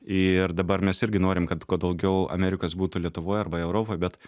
ir dabar mes irgi norim kad kuo daugiau amerikos būtų lietuvoj arba europoj bet